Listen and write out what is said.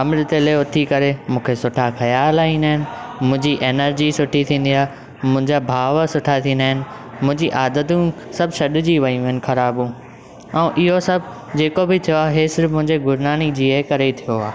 अमृत वेले उथी करे मूंखे सुठा ख़याल ईंदा आहिनि मुंहिंजी एनर्जी सुठी थींदी आ मुंहिंजा भाव सुठा थींदा आहिनि मुंहिंजी आदतूं सभु छॾिजी वेयूं आहिनि ख़राब ऐं इहो सभु जेको बि थियो आहे सिर्फ़ु मुंहिंजे गुरु नानकजीअ करे ई थियो आहे